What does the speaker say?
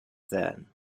then